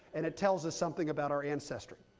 and it tells us something about our ancestry.